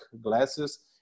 glasses